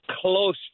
close